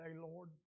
Lord